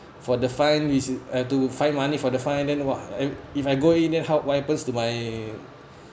for the fine is uh to find money for the fine then !wah! if if I go in then how what happens to my